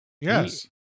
Yes